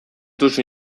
duzu